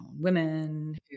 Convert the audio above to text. women